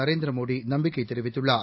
நரேந்திரமோடிநம்பிக்கைதெரிவித்துள்ளார்